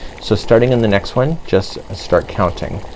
so starting in the next one just start counting.